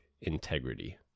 integrity